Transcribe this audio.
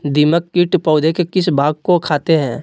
दीमक किट पौधे के किस भाग को खाते हैं?